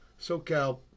SoCal